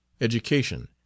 education